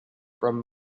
from